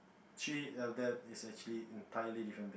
three of them is actually entirely different